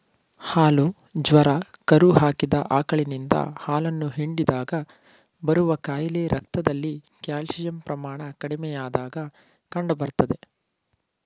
ಹಾಲು ಜ್ವರ ಕರು ಹಾಕಿದ ಆಕಳಿನಿಂದ ಹಾಲನ್ನು ಹಿಂಡಿದಾಗ ಬರುವ ಕಾಯಿಲೆ ರಕ್ತದಲ್ಲಿ ಕ್ಯಾಲ್ಸಿಯಂ ಪ್ರಮಾಣ ಕಡಿಮೆಯಾದಾಗ ಕಂಡುಬರ್ತದೆ